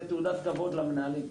זו תעודת כבוד למנהלים.